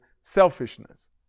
selfishness